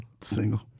Single